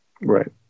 Right